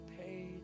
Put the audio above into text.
paid